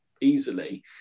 easily